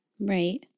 Right